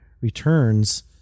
returns